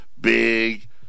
big